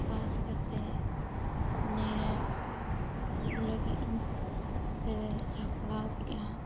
ᱯᱟᱥ ᱠᱟᱛᱮᱫ ᱱᱮᱴ ᱞᱟᱜᱤᱜ ᱤᱧ ᱥᱟᱯᱲᱟᱣ ᱠᱮᱜᱼᱟ